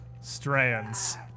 strands